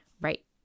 right